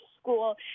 school